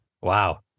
wow